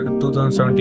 2017